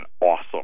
awesome